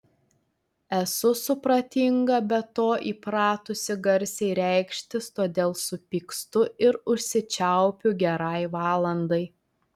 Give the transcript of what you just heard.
esu supratinga be to įpratusi garsiai reikštis todėl supykstu ir užsičiaupiu gerai valandai